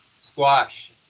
Squash